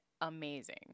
amazing